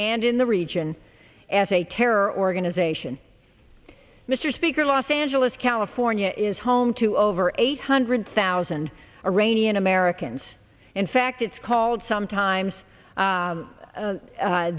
and in the region as a terror organization mr speaker in los angeles california is home to over eight hundred thousand a rainy in americans in fact it's called sometimes